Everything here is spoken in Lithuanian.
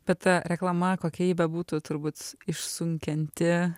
bet ta reklama kokia ji bebūtų turbūt išsunkianti